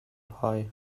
pie